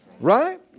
right